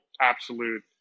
absolute